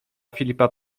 filipa